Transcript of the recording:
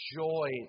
joy